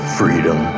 freedom